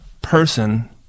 person